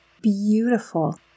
beautiful